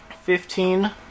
fifteen